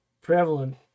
prevalent